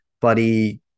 buddy